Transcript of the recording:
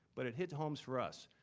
but it hit homes for us,